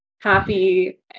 happy